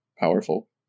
powerful